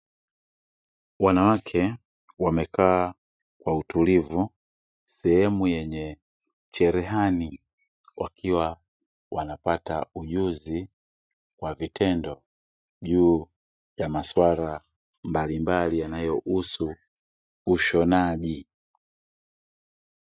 Wanawake wamekaa kwa utulivu sehemu yenye cherehani wakiwa wanapata ujuzi wa vitendo juu ya maswala mbalimbali yanayohusu ushonaji.